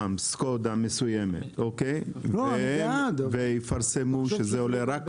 לדוגמה סקודה מסוימת ויפרסמו שזה עולה רק